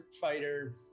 fighter